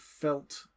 felt